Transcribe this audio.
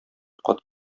кат